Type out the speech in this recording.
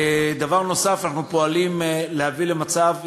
דבר נוסף: אנחנו פועלים להביא למצב,